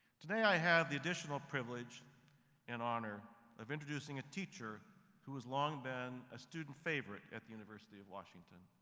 today i also have the additional privilege and honor of introducing a teacher who has long been a student favorite at the university of washington.